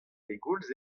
pegoulz